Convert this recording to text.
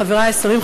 חברי השרים,